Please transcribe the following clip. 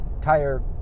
tire